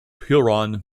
huron